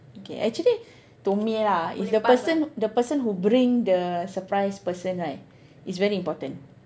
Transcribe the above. okay actually to me lah is the person the person who bring the surprise person right is very important